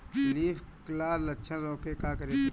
Leaf curl लक्षण रोकेला का करे के परी?